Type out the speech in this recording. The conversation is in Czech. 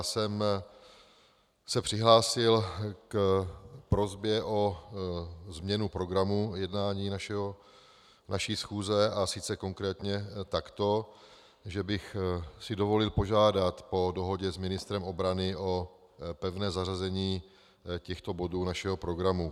Já jsem se přihlásil k prosbě o změnu programu jednání naší schůze, a sice konkrétně tak, že bych si dovolil požádat po dohodě s ministrem obrany o pevné zařazení těchto bodů našeho programu.